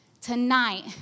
tonight